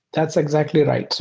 that's exactly right. so